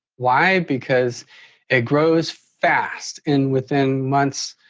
why because it grows fast in within months